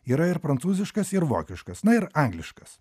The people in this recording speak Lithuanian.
yra ir prancūziškas ir vokiškas na ir angliškas